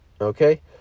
okay